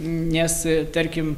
nes tarkim